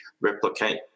replicate